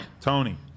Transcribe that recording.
Tony